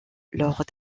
lors